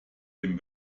dem